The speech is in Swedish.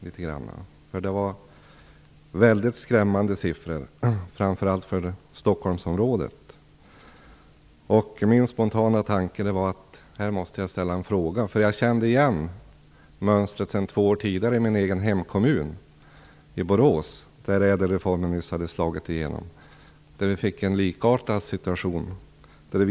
Siffrorna var mycket skrämmande, framför allt för Stockholmsområdet. Min spontana tanke var att jag måste ställa en fråga, därför att jag kände igen mönstret sedan två år tidigare i min egen hemkommun Situationen där blev likartad den situation som råder i Stockholmsområdet.